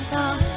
Come